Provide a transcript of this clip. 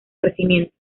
crecimiento